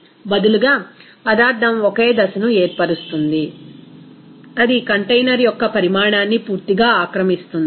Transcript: బదులుగా పదార్ధం ఒకే దశను ఏర్పరుస్తుంది అది కంటైనర్ యొక్క పరిమాణాన్ని పూర్తిగా ఆక్రమిస్తుంది